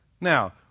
Now